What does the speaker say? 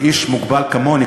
לאיש מוגבל כמוני,